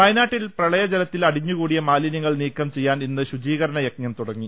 വയനാട്ടിൽ പ്രളയ ജലത്തിൽ അടിഞ്ഞുകൂടിയ മാലിന്യങ്ങൾ നീക്കം ചെയ്യാൻ ഇന്ന് ശുചീകരണ യജ്ഞം തുടങ്ങി